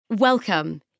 Welcome